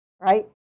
right